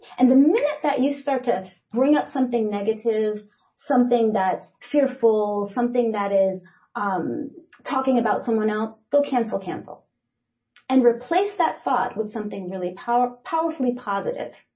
and the minute that you start to bring up something negative something that's fearful, something that is um talking about someone else, go cancel cancel and replace that thought with something really powerfully positive.